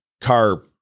car